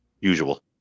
usual